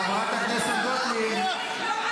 חברת הכנסת גוטליב, אנא,